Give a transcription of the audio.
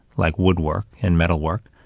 like woodwork and metalwork.